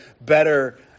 better